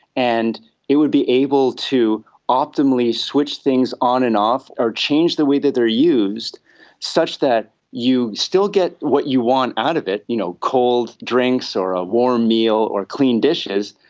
and it would be able to optimally switch things on an off or change the way that they are used such that you still get what you want out of it, you know, cold drinks or a warm meal or clean dishes,